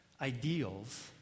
ideals